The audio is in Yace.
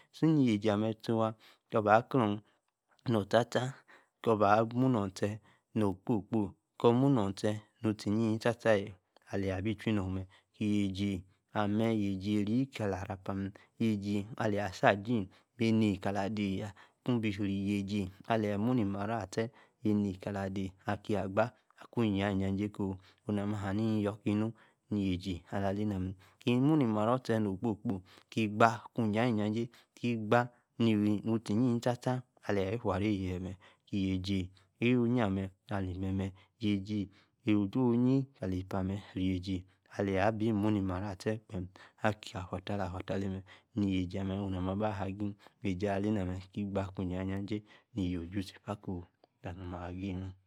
Yaji ame koba-clag-Aa nu-usta, sta ku-muno sti no-okpasi kpási ku-muno-ste nusti-iyin-yiwaa, yaji amee yaji arri kala arrapa, yaji alayei, asa así annu kari ador, ku-bí re-yeji- aliyee, emunimaror asthi, aki agba akwa ija Jay-Jey coo-onu-namaahani-iyor-kinu, nesi alalayla mee Ki-muni-marror stahi kposi kposi, ki-gba ijajay-jay, ki-gba-nusti waan staa staa ala-igude-yee-mer, yeji-oyi-amer alimer-mer Jesi kali epa-mer, yabi muni-marror ki gba kwa ijajay lyi-ojozi-epa.